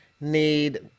need